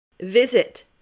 Visit